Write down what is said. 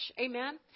Amen